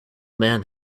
man